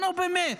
נו, באמת.